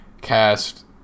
cast